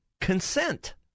consent